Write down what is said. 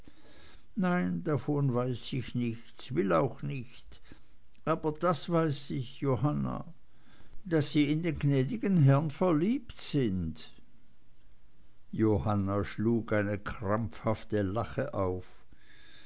nein davon weiß ich nichts will auch nicht aber das weiß ich johanna daß sie in den gnäd'gen herrn verliebt sind johanna schlug eine krampfhafte lache auf